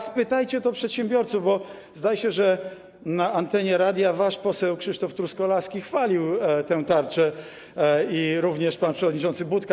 Spytajcie o to przedsiębiorców, bo zdaje się, że na antenie radia wasz poseł Krzysztof Truskolaski chwalił tę tarczę, jak również pan przewodniczący Budka.